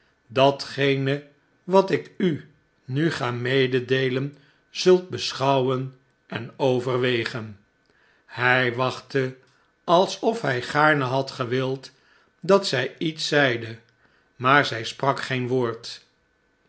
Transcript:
datgene wat ik u nu ga mededeelen zult beschouwen en overwegen hij wachtte alsof hij gaarne had gewild dat zij iets zeide maar zij sprak geen woord